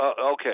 Okay